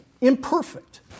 imperfect